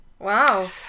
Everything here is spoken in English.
wow